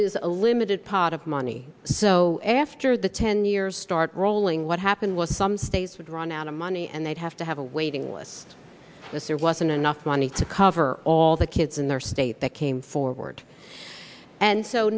is a limited pot of money so after the ten years start rolling what happened was some states would run out of money and they'd have to have a waiting list is there wasn't enough money to cover all the kids in their state that came forward and so